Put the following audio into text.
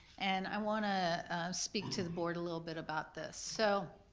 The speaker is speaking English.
and i wanna speak to the board a little bit about this. so